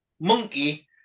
monkey